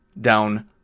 down